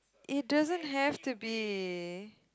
it doesn't have to be